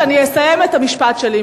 שאני אסיים את המשפט שלי,